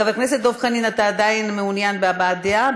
חבר הכנסת דב חנין, אתה עדיין מעוניין בהבעת דעה?